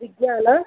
ವಿಜ್ಞಾನ